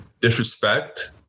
disrespect